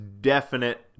definite